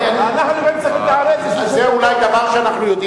זה אולי דבר שאנחנו יודעים,